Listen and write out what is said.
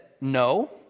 no